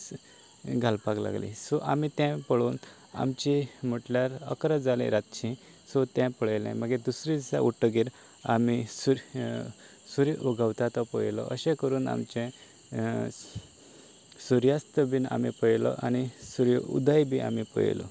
अशी घालपाक लागले सो आमी तें पळोवन आमची म्हुटल्यार अकरा जालीं रातचीं सो तें पळयलें मागीर दुसऱ्या दिसा उठ्ठगीर आमी सूर्य सूर्य उगवता तो पळयलो अशें करून आमचें सुर्यास्त बीन आमी पळयलो आनी सुर्यो उदय बी आमी पळयलो